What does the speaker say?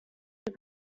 have